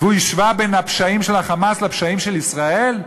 והוא השווה בין הפשעים של "חמאס" לפשעים של ישראל.